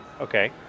okay